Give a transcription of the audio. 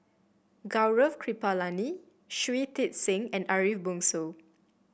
Gaurav Kripalani Shui Tit Sing and Ariff Bongso